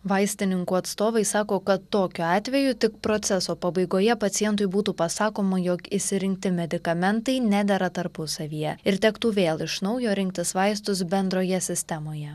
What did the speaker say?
vaistininkų atstovai sako kad tokiu atveju tik proceso pabaigoje pacientui būtų pasakoma jog išsirinkti medikamentai nedera tarpusavyje ir tektų vėl iš naujo rinktis vaistus bendroje sistemoje